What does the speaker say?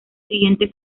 siguiente